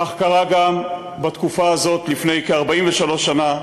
כך קרה גם בתקופה הזאת לפני כ-43 שנה,